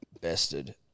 Bested